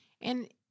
And-